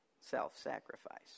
self-sacrifice